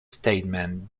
statement